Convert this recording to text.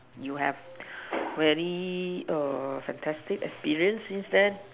you have very err fantastic experience since then